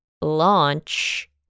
launch